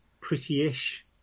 pretty-ish